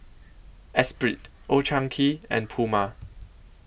Espirit Old Chang Kee and Puma